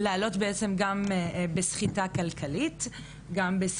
וזה גורם להמון בעיות,